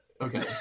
okay